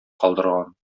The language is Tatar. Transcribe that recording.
калдырган